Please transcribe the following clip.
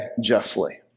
justly